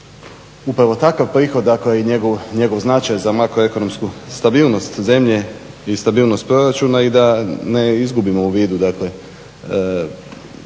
upravo takav prihod, dakle i njegov značaj za makroekonomsku stabilnost zemlje i stabilnost proračuna, i da ne izgubimo u vidu